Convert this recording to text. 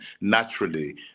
naturally